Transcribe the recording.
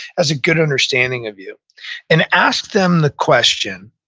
has a good understanding of you and ask them the question,